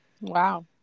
Wow